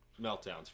meltdowns